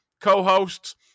Co-hosts